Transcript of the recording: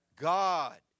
God